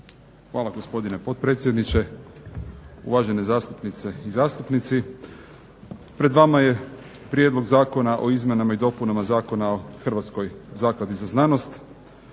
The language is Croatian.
Hvala, gospodine potpredsjedniče. Uvažene zastupnice i zastupnici. Pred vama je Prijedlog zakona o izmjenama i dopunama Zakona o Hrvatskoj zakladi za znanost.